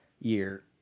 year